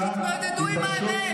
את מקללת ומחרפת ומגדפת מעל